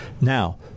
Now